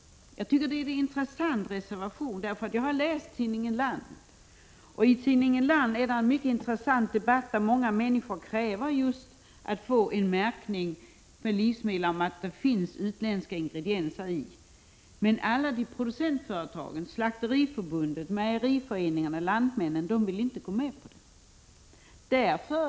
Jag tycker det är en intressant reservation. Jag har läst tidningen Land där man haft en mycket intressant debatt i vilken många människor krävt att man på livsmedelsförpackningarna talar om att det finns utländska ingredienser. Men producentföretagen, Slakteriförbundet, mejeriföreningarna och Lantmännen vill inte gå med på detta.